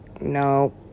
No